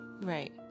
Right